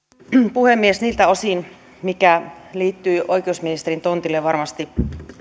puhemies niiltä osin mikä liittyy oikeusministerin tontille varmasti